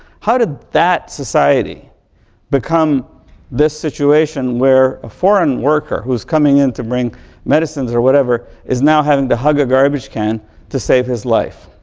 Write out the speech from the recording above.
how did that society become this situation where a foreign worker who is coming in to bring medicine or whatever is now having to hug a garbage can to save his life?